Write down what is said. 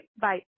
bye